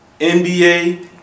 NBA